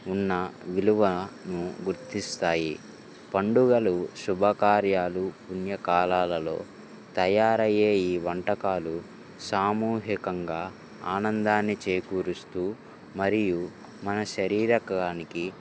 ఉన్న విలువ గుర్తిస్తాయి పండుగలు శుభకార్యాలు పుణ్యకాలాలలో తయారయ్యే ఈ వంటకాలు సామూహికంగా ఆనందాన్ని చేకూరుస్తు మరియు మన శరీరానికి